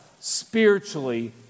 spiritually